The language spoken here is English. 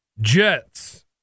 Jets